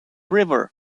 river